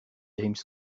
james